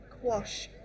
quash